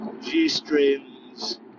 G-strings